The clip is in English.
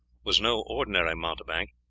was no ordinary mountebank,